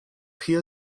hier